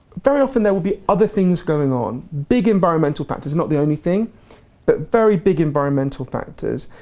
very often there will be other things going on, big environmental factors, not the only thing but very big environmental factors.